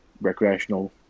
recreational